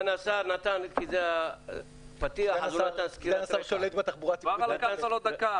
סגן השר נתן את הפתיח, הוא נתן סקירת רקע.